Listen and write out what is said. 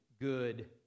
good